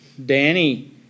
Danny